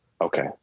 okay